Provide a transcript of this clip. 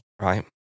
Right